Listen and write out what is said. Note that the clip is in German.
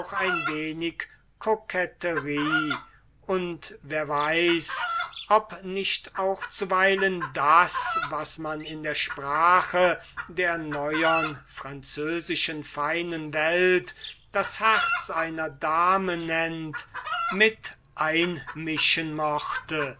ein wenig coquetterie und wer weiß ob nicht auch zuweilen das was man in der neuern französischen feinenweltsprache das herz einer dame nennt mit einmischen mochte